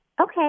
Okay